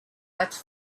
but